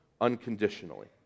unconditionally